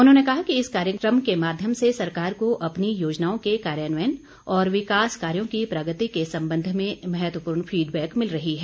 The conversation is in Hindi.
उन्होंने कहा कि इस कार्यक्रम के माध्यम से सरकार को अपनी योजनाओं के कार्यान्वयन और विकास कार्यों की प्रगति के संबंध में महत्वपूर्ण फीडबैक मिल रही है